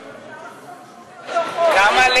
כמה,